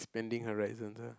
expanding horizons ah